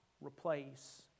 replace